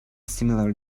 similar